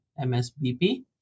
MSBP